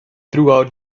throughout